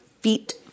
feet